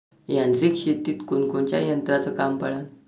यांत्रिक शेतीत कोनकोनच्या यंत्राचं काम पडन?